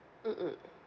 mmhmm